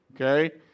okay